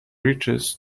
riches